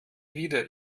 wieder